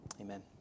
Amen